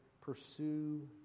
pursue